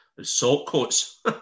Saltcoats